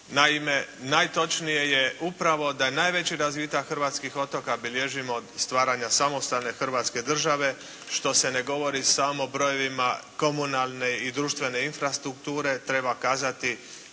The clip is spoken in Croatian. Naime, najtočnije je upravo da najveći razvitak hrvatskih otoka bilježimo od stvaranja samostalne hrvatske države, što se ne govori samo brojevima komunalne i društvene infrastrukture. Treba kazati